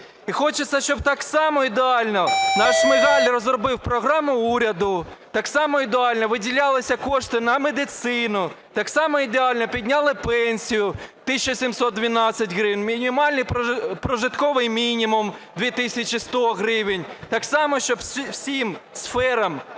І хочеться, щоб так само ідеально, наш Шмигаль розробив Програму уряду, так само ідеально виділялися кошти на медицину, так само ідеально підняли пенсію тисячу 712 гривень, мінімальний прожитковий мінімум 2 тисячі 100 гривень. Так само, щоб всім сферам